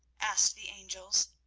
asked the angels.